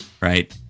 right